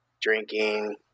drinking